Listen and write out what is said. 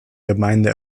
gemeinde